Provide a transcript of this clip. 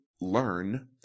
learn